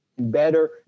better